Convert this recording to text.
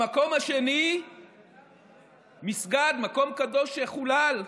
במקום השני מסגד, מקום קדוש שחולל,